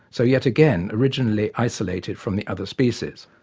so yet again originally isolated from the other species.